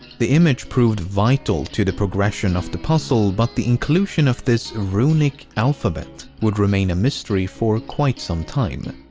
the image proved vital to the progression of the puzzle but the inclusion of this runic alphabet would remain a mystery for quite some time.